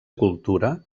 cultura